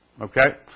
Okay